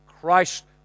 Christ